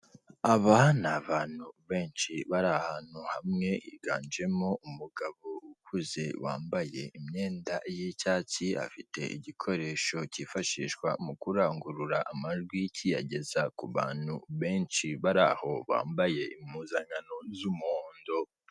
Aba ni abantu benshi bari ahantu hamwe, higanjemo umugabo ukuze wambaye imyenda y'icyatsi, afite igikoresho cyifashishwa mu kurangurura amajwi kiyageza ku bantu benshi bari aho bambaye impuzankaho z'umuhondo.